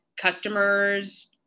customers